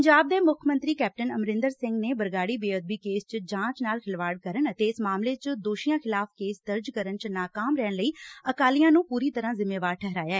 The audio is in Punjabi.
ਪੰਜਾਬ ਦੇ ਮੁੱਖ ਮੰਤਰੀ ਕੈਪਟਨ ਅਮਰਿੰਦਰ ਸਿੰਘ ਨੇ ਬਰਗਾਡੀ ਬੇਅਦਬੀ ਕੇਸ ਚ ਜਾਚ ਨਾਲ ਖਿਲਵਾੜ ਕਰਨ ਅਤੇ ਇਸ ਮਾਮਲੇ 'ਚ ਦੋਸ਼ੀਆਂ ਖਿਲਾਫ਼ ਕੇਸ ਦਰਜ ਕਰਨ 'ਚ ਨਾਕਾਮ ਰਹਿਣ ਲਈ ਅਕਾਲੀਆਂ ਨੂੰ ਪੁਰੀ ਤਰੁਾਂ ਜਿਮੇਵਾਰ ਠਹਿਰਾਇਐ